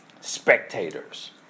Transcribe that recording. spectators